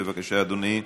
בבקשה, אדוני.